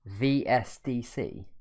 vsdc